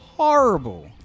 Horrible